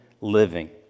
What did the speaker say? living